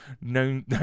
known